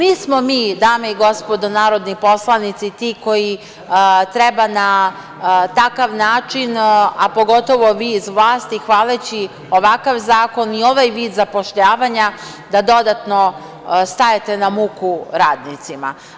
Nismo mi, dame i gospodo narodni poslanici, ti koji treba na takav način, a pogotovo vi iz vlasti, hvaleći ovakav zakon i ovaj vid zapošljavanja da dodatno stajete na muku radnicima.